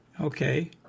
Okay